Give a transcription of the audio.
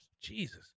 Jesus